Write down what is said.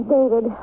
David